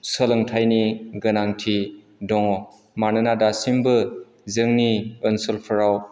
सोलोंथायनि गोनांथि दङ मानोना दासिमबो जोंनि ओनसोलफोराव